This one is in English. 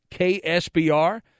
KSBR